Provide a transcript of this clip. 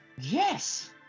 Yes